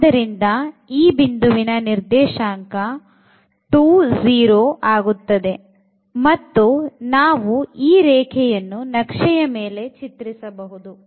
ಆದ್ದರಿಂದ ಈ ಬಿಂದುವಿನ ನಿರ್ದೇಶಾಂಕ 2 0 ಆಗುತ್ತದೆ ಮತ್ತು ನಾವು ಈ ರೇಖೆಯನ್ನು ನಕ್ಷೆಯ ಮೇಲೆ ಚಿತ್ರಿಸಬಹುದು